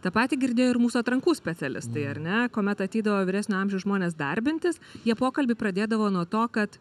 tą patį girdėjo ir mūsų atrankų specialistai ar ne kuomet ateidavo vyresnio amžiaus žmonės darbintis jie pokalbį pradėdavo nuo to kad